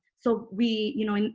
so we you know,